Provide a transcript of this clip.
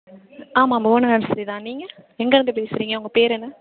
ஆமாம் புவனா நர்சரி தான் நீங்கள் எங்கே இருந்து பேசுகிறிங்க உங்கள் பேர் என்ன